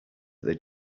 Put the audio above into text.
that